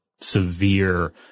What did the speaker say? severe